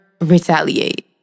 retaliate